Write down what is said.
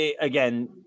Again